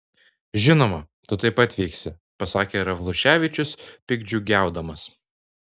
žinoma tu taip pat vyksi pasakė ravluševičius piktdžiugiaudamas